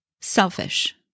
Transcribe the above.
Selfish